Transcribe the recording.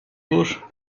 ложь